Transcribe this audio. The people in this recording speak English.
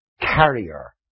carrier